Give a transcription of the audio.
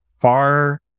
far